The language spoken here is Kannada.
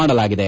ಮಾಡಲಾಗಿದೆ